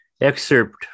excerpt